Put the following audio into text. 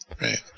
Right